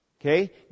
Okay